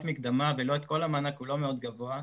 מקדמה ולא את כל המענק הוא לא מאוד גבוה,